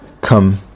come